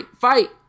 fight